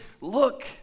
look